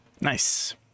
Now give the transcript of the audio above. Nice